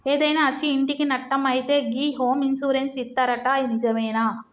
ఏదైనా అచ్చి ఇంటికి నట్టం అయితే గి హోమ్ ఇన్సూరెన్స్ ఇత్తరట నిజమేనా